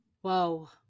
Whoa